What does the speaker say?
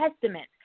testament